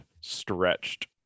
stretched